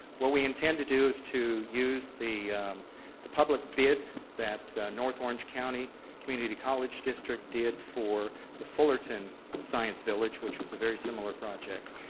what we intend to do is to use the the public bid that north orange county community college district did for the fullerton science village, which is a very similar project,